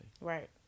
Right